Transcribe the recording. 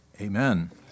amen